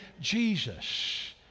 Jesus